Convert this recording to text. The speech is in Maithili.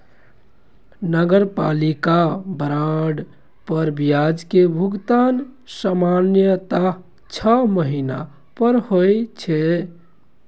नगरपालिका बांड पर ब्याज के भुगतान सामान्यतः छह महीना पर होइ छै